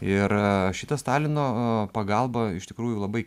ir šita stalino o pagalba iš tikrųjų labai